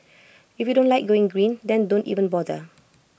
if you don't like going green then don't even bother